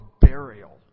burial